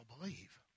believe